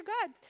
god